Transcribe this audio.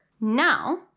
Now